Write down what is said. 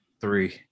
three